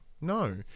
no